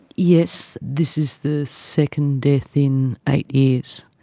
yes, this is the second death in eight years.